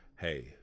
Hey